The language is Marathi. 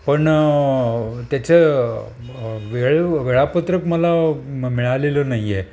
पण त्याचं वेळ वेळापत्रक मला मिळालं नाही आहे